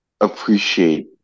appreciate